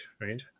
right